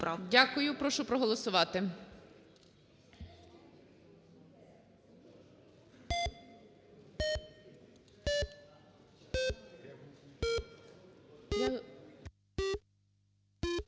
Дякую. Прошу проголосувати.